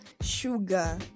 sugar